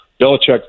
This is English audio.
Belichick